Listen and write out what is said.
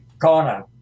Corner